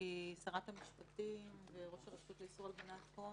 כי שרת המשפטים, ראש הרשות לאיסור הלבנת הון